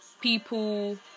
people